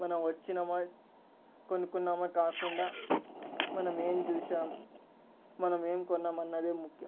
మనం వచ్చినమా కొనుక్కున్నమా కాకుండా మనం ఏం చూసాం మనం ఏం కొన్నామన్నదే ముఖ్యం